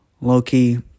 Low-key